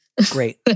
Great